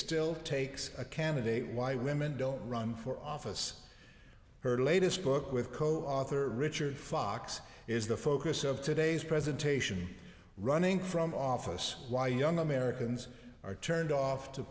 still takes a candidate why women don't run for office her latest book with co author richard fox is the focus of today's presentation running from office why young americans are turned off to